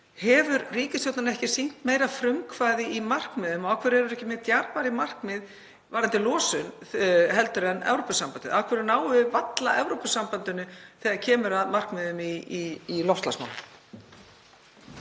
hefur ríkisstjórnin ekki sýnt meira frumkvæði í markmiðum og verið með djarfari markmið varðandi losun en Evrópusambandið? Af hverju náum við varla Evrópusambandinu þegar kemur að markmiðum í loftslagsmálum?